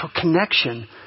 connection